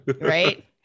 right